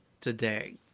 today